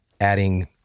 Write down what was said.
adding